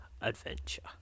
adventure